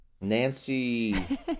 Nancy